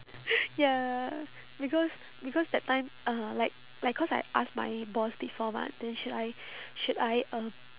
ya because because that time uh like like cause I asked my boss before mah then should I should I um